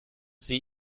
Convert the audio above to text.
sie